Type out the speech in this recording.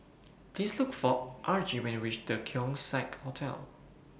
Please Look For Argie when YOU REACH The Keong Saik Hotel